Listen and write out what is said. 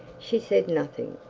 she said nothing,